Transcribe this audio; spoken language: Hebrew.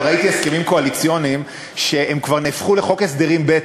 אבל ראיתי הסכמים קואליציוניים שהם כבר נהפכו לחוק הסדרים ב'.